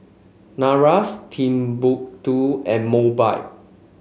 NARS Timbuk two and Mobike